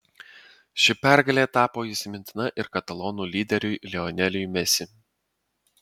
ši pergalė tapo įsimintina ir katalonų lyderiui lioneliui messi